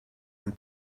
and